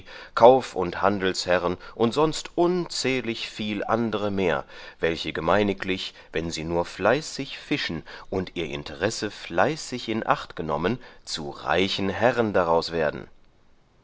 kauf und handelsherren und sonst unzählig viel andere mehr welche gemeiniglich wann sie nur fleißig fischen und ihr interesse fleißig in acht genommen zu reichen herren daraus werden